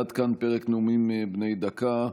עד כאן פרק נאומים בני דקה.